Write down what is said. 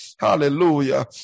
Hallelujah